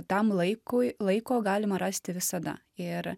tam laikui laiko galima rasti visada ir